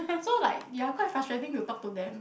so like you're quite frustrating to talk to them